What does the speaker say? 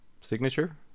signature